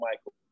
Michael